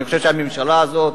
אני חושב שהממשלה הזאת,